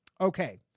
Okay